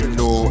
no